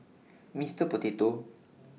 Mister Potato